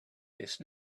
this